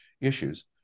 issues